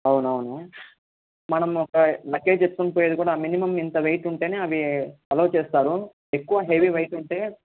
అవునవును మనం ఒక లగ్గేజ్ ఎత్తుకుని పోయేది కూడా మినిమం ఇంత వెయిట్ ఉంటేనే అవి అల్లౌ చేస్తారు ఎక్కువ హెవీ వెయిట్ ఉంటే